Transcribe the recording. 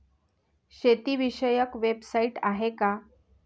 शेतीविषयक वेबसाइट आहे का?